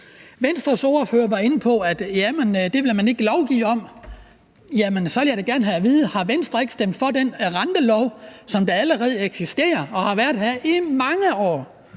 Venstres ordfører var inde på, at jamen det vil man ikke lovgive om. Så vil jeg da gerne have at vide, om Venstre ikke har stemt for den rentelov, som allerede eksisterer, og som har været gældende i mange år.